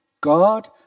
God